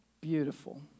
Beautiful